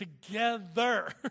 Together